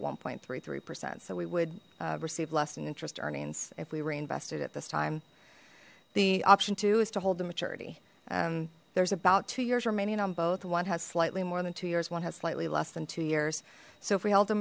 one three three percent so we would receive less than interest earnings if we reinvested at this time the option to is to hold the maturity and there's about two years remaining on both one has slightly more than two years one has slightly less than two years so if we held